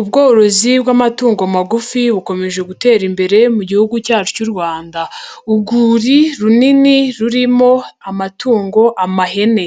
Ubworozi bw'amatungo magufi bukomeje gutera imbere mu gihugu cyacu cy'u Rwanda. Urwuri runini rurimo amatungo amahene.